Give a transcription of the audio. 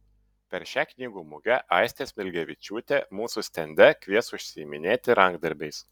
per šią knygų mugę aistė smilgevičiūtė mūsų stende kvies užsiiminėti rankdarbiais